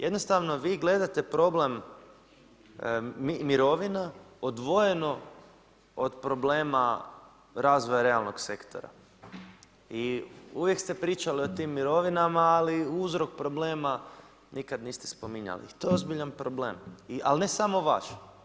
Jednostavno vi gledate problem mirovina odvojeno od problema razvoja realnog sektora i uvijek ste pričali o tim mirovinama ali uzrok problema nikad niste spominjali i to je ozbiljan problem, ali ne samo vaš.